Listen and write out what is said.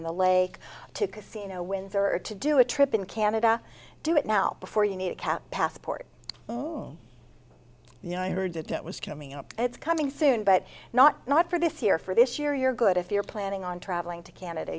on the lake to casino windsor or to do a trip in canada do it now before you need a cab passport you know i heard that it was coming up it's coming soon but not not for this year for this year your good if you're planning on traveling to canada